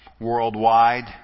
worldwide